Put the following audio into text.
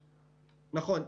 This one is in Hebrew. נכון.